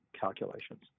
calculations